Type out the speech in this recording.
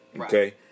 Okay